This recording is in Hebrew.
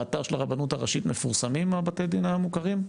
באתר של הרבנות הראשית מפורסמים בתי הדין המוכרים?